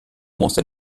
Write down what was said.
musste